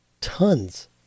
tons